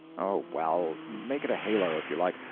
oh, well, make it a halo, if you like,